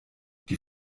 die